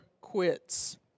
quits